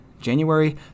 January